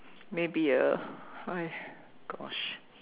maybe a why gosh